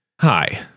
Hi